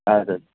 اَدٕ حظ